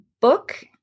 book